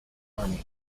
army